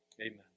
Amen